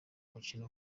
umukino